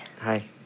Hi